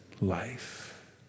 life